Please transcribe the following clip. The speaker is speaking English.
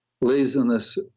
Laziness